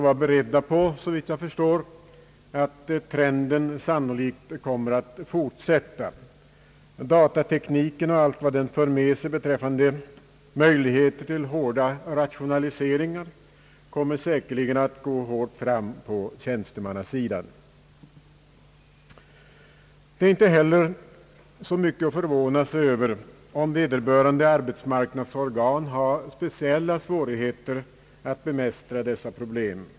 Vi bör också, såvitt jag förstår, vara beredda på att den trenden sannolikt kommer att fortsätta. Datatekniken och allt vad den för med sig beträffande möjligheter till kraftiga rationaliseringar kommer säkerligen att vålla stora svårigheter på tjänstemannasidan. Det är inte heller förvånansvärt om vederbörande arbetsmarknadsorgan har speciella svårigheter att bemästra dessa problem.